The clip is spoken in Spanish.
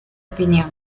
opinión